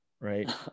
right